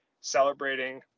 celebrating